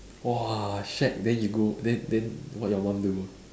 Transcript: !wah! shagged then you go then then what your mum do